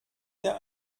der